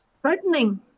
threatening